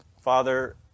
Father